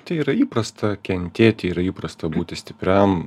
tai yra įprasta kentėti yra įprasta būti stipriam